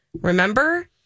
Remember